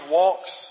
walks